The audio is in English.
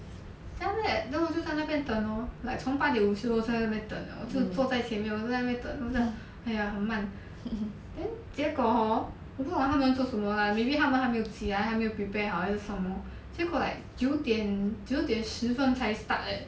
then after that then 我就在那边等 lor like 从八点五十我就在那边等了就坐在前面我就在那边等我就讲 !aiya! 很慢 then 结果 hor 我不懂他们做什么 lah maybe 他们还没有起来还没有 prepare 好还是什么结果 like 九点九点十分才 start leh